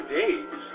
days